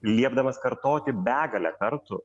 liepdamas kartoti begalę kartų